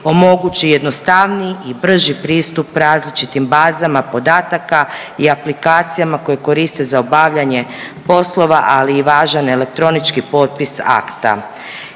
omogući jednostavniji i brži pristup različitim bazama podataka i aplikacijama koje koriste za obavljanje poslova, ali i važan elektronički potpis akta.